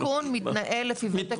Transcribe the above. שיכון מתנהל לפי וותק המתנה.